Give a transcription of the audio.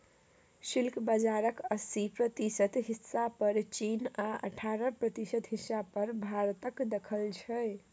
silk बजारक अस्सी प्रतिशत हिस्सा पर चीन आ अठारह प्रतिशत हिस्सा पर भारतक दखल छै